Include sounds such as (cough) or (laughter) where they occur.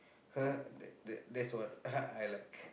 (noise) that that that's what (noise) I like